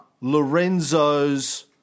Lorenzo's